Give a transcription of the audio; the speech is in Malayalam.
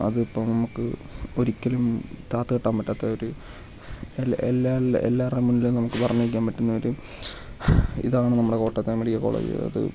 അത് ഇപ്പോൾ നമുക്ക് ഒരിക്കലും താത്തി കെട്ടാൻ പറ്റാത്തൊരു എല്ലാ എല്ലാവരുടെയും മുന്നിലും നമുക്ക് പറഞ്ഞു നിൽക്കാൻ പറ്റുന്നൊരു ഇതാണ് നമ്മുടെ കോട്ടയത്തെ മെഡിക്കൽ കോളേജ് അത്